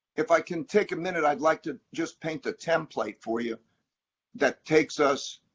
if i can take a minute, i'd like to just paint a template for you that takes us,